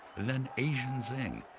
then, asian zing.